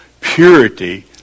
Purity